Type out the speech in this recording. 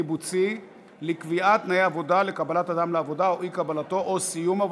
סכסוכי עבודה (תיקון, סכסוך עבודה פוליטי).